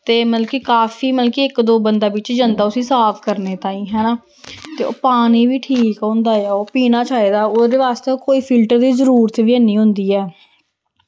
ते मतलब कि काफी मतलब कि इक दो बंदा बिच्च जंदा उस्सी साफ करने ताईं हैना ते ओह् पानी बी ठीक होंदा ऐ ओह् पीना चाहिदा ओह्दे वास्तै कोई फिल्टर दी जरूरत बी हैनी होंदी ऐ